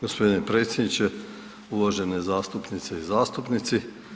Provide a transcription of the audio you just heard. Gospodine predsjedniče, uvažene zastupnice i zastupnici.